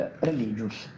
religious